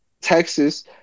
Texas